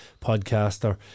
podcaster